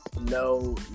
no